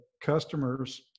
customers